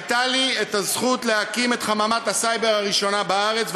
הייתה לי הזכות להקים את חממת הסייבר הראשונה בארץ,